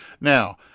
Now